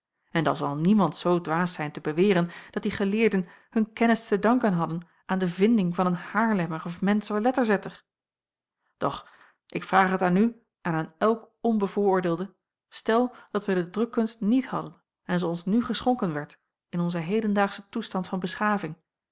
en dan zal niemand zoo dwaas zijn te beweren dat die geleerden hun kennis te danken hadden aan de vinding van een haarlemmer of mentser letterzetter doch ik vraag het aan u en aan elk onbevooroordeelde stel dat wij de drukkunst niet hadden en ze ons nu geschonken werd in onzen hedendaagschen toestand van beschaving